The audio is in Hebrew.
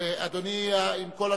הצעת חוק הביטוח הלאומי (תיקון מס' 123)